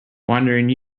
wandering